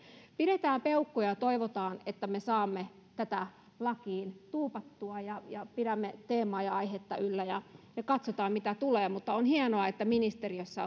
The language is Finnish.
pidetään peukkua ja ja toivotaan että me saamme tätä lakiin tuupattua pidämme teemaa ja aihetta yllä ja katsotaan mitä tulee mutta on hienoa että ministeriössä